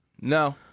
No